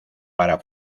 para